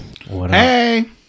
Hey